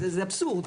זה אבסורד.